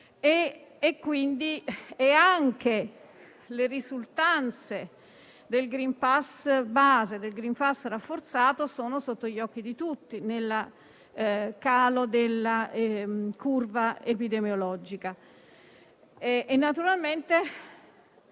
E anche le risultanze del *green pass* base e del *green pass* rafforzato sono sotto gli occhi di tutti nel calo della curva epidemiologica. Naturalmente,